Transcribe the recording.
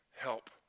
Help